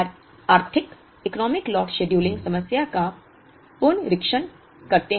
अब हम आर्थिक इकोनॉमिक लॉट शेड्यूलिंग समस्या का पुनरीक्षण करते हैं